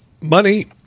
money